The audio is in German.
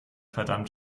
verdammt